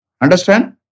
Understand